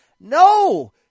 No